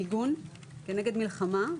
מיגון כנגד מלחמה,